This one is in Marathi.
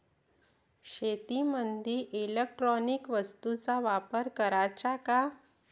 शेतीमंदी इलेक्ट्रॉनिक वस्तूचा वापर कराचा का?